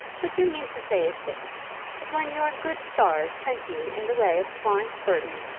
what you mean to say is this that when your good stars sent you in the way of florence burton,